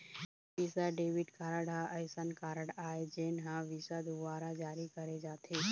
Visa debit card ह असइन card आय जेन ल विसा दुवारा जारी करे जाथे